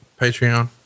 Patreon